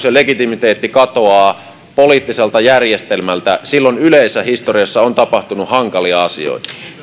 ja legitimiteetti katoaa poliittiselta järjestelmältä silloin yleensä historiassa on tapahtunut hankalia asioita